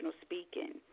speaking